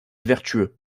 vertueux